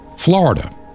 Florida